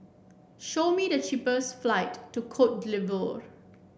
show me the cheapest flight to Cote d'Ivoire